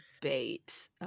debate